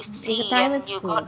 it's a private school